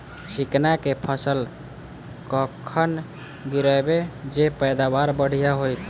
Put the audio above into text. चिकना कऽ फसल कखन गिरैब जँ पैदावार बढ़िया होइत?